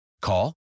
Call